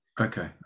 Okay